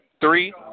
three